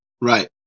Right